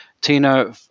Tino